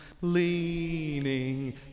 Leaning